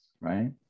right